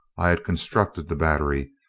i had constructed the battery,